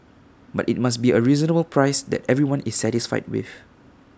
but IT must be A reasonable price that everyone is satisfied with